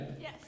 Yes